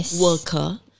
worker